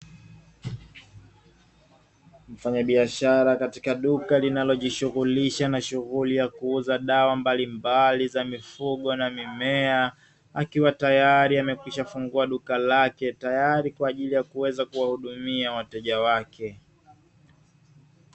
Mfanya biashara katika duka linalojihusisha na shughuli ya kuuza dawa mbali mbali za mifugo na mimea, akiwa tayari ameshafungua duka lake tayari kwa ajili ya kuweza kuwahudumia wateja wake.